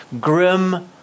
grim